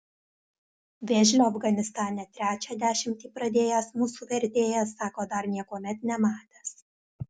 vėžlio afganistane trečią dešimtį pradėjęs mūsų vertėjas sako dar niekuomet nematęs